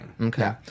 Okay